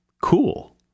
cool